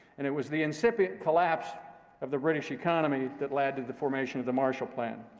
and it was the incipient collapse of the british economy that led to the formation of the marshall plan,